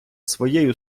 своєю